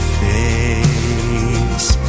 face